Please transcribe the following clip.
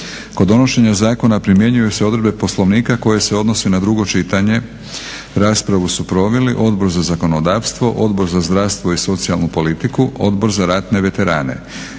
Kod donošenja zakona primjenjuju se odredbe Poslovnika koje se odnose na drugo čitanje. Raspravu su proveli Odbor za zakonodavstvo, Odbor za zdravstvo i socijalnu politiku, Odbor za ratne veterane.